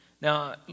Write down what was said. Now